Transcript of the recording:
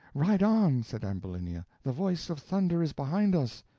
ride on, said ambulinia, the voice of thunder is behind us.